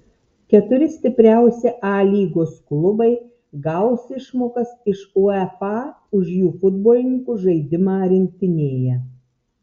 keturi stipriausi a lygos klubai gaus išmokas iš uefa už jų futbolininkų žaidimą rinktinėje